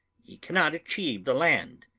he cannot achieve the land.